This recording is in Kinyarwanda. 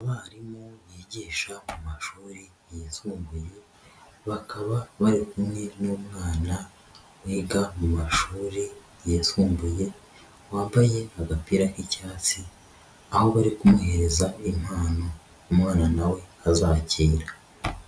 Abarimu bigisha mu mashuri yisumbuye, bakaba bari kumwe n'umwana wiga mu mashuri yisumbuye, wambaye agapira k'icyatsi, aho bari kumuhereza impano, umwana na we azakira.